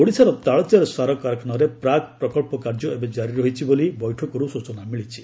ଓଡ଼ିଶାର ତାଳଚେର ସାରକାରଖାନାରେ ପ୍ରାକ୍ ପ୍ରକଳ୍ପ କାର୍ଯ୍ୟ ଏବେ ଜାରି ରହିଛି ବୋଲି ବୈଠକରୁ ସୂଚନା ମିଳିଛି